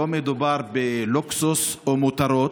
לא מדובר בלוקסוס או מותרות,